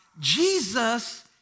Jesus